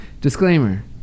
disclaimer